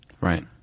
Right